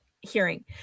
hearing